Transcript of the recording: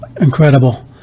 incredible